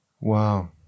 Wow